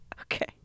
okay